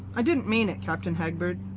i didn't mean it, captain hagberd.